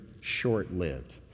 short-lived